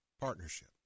partnership